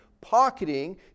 pocketing